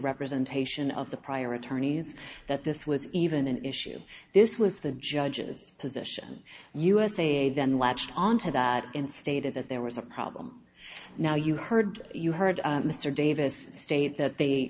representation of the prior attorneys that this was even an issue this was the judge's position usa then latched on to that and stated that there was a problem now you heard you heard mr davis state that they